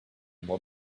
more